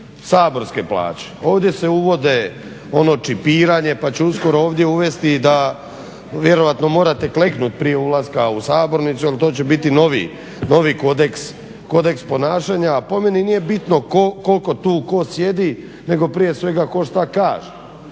saborske plaće? Ovdje se uvode ono čipiranje pa će uskoro ovdje uvesti da vjerojatno morate kleknuti prije ulaska u sabornicu jel to će biti novi kodeks ponašanja. A po meni nije bitno koliko tu tko sjedi nego prije svega tko šta kaže